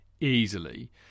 easily